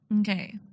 Okay